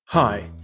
Hi